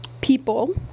people